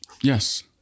Yes